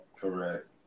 Correct